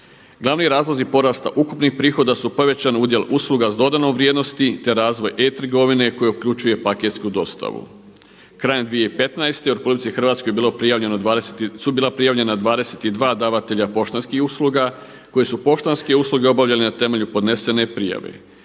Glavni razlozi porasta ukupnih prihoda su povećani udjel usluga sa dodanom vrijednosti, te razvoj e-trgovine koja uključuje paketsku dostavu. Krajem 2015. u RH su bila prijavljena 22 davatelja poštanskih usluga koje su poštanske usluge obavljane na temelju podnesene prijave.